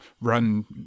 run